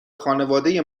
خانواده